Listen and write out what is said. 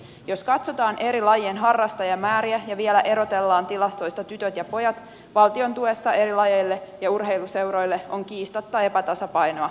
jos katsotaan eri lajien harrastajamääriä ja vielä erotellaan tilastoista tytöt ja pojat valtion tuessa eri lajeille ja urheiluseuroille on kiistatta epätasapainoa